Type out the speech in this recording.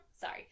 Sorry